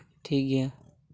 ᱴᱷᱤᱠ ᱜᱮᱭᱟ